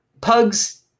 pugs